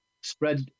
spread